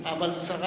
אבל אני